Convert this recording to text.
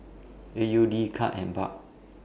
A U D Kyat and Baht